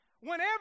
Whenever